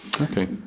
Okay